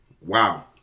Wow